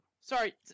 Sorry